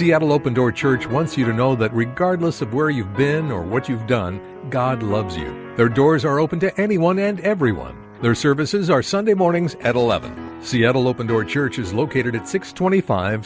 will open door church once you know that regardless of where you've been or what you've done god loves you there are doors are open to anyone and everyone their services are sunday mornings at eleven seattle open door church is located at six twenty five